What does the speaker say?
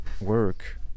work